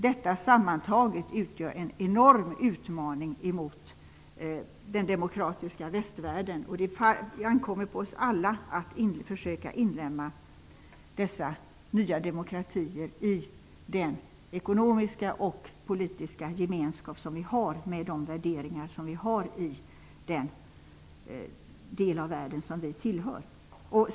Detta sammantaget utgör en enorm utmaning för den demokratiska västvärlden, och det ankommer på oss alla att försöka inlemma dessa nya demokratier i den ekonomiska och politiska gemenskap och med de värderingar som vi har i vår del av världen.